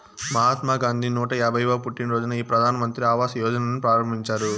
మహాత్మా గాంధీ నూట యాభైయ్యవ పుట్టినరోజున ఈ ప్రధాన్ మంత్రి ఆవాస్ యోజనని ప్రారంభించారు